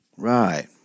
Right